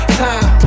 time